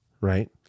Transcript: right